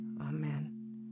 Amen